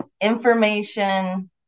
information